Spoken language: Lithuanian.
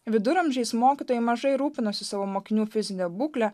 viduramžiais mokytojai mažai rūpinosi savo mokinių fizine būkle